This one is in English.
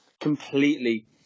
completely